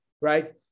right